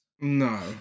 no